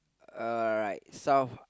uh alright south